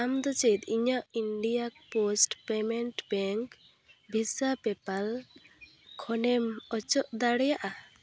ᱟᱢᱫᱚ ᱪᱮᱫ ᱤᱧᱟᱹᱜ ᱤᱱᱰᱤᱭᱟ ᱯᱳᱥᱴ ᱯᱮᱢᱮᱱᱴ ᱵᱮᱝᱠ ᱵᱷᱤᱥᱟ ᱯᱮᱯᱟᱞ ᱠᱷᱚᱱᱮᱢ ᱚᱪᱚᱜ ᱫᱟᱲᱮᱭᱟᱜᱼᱟ